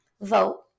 vote